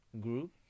group